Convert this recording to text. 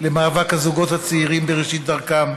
למאבק הזוגות הצעירים בראשית דרכם,